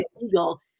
illegal